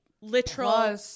literal